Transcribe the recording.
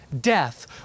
death